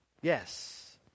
Yes